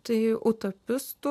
tai utopistų